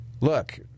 Look